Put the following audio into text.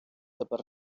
тепер